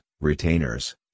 retainers